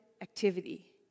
activity